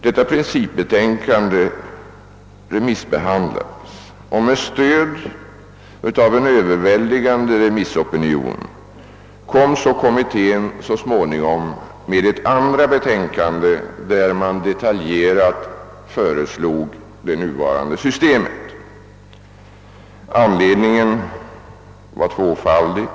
Det ta principbetänkande remissbehandlades, och med stöd av en överväldigande remissopinion presenterade kommittén med tiden ett andra betänkande, vari man detaljerat föreslog det nuvarande systemet. Anledningen var tvåfaldig.